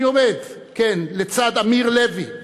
אני עומד לצד אמיר לוי,